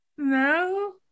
no